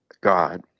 God